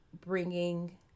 bringing